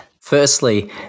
firstly